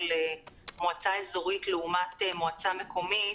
של מועצה אזורית לעומת מועצה מקומית.